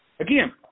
Again